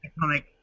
economic